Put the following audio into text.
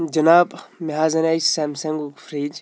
جِناب مےٚ حظ اَنے سیمسنٛگُک فِرٛج